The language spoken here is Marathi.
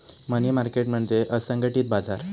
मनी मार्केट म्हणजे असंघटित बाजार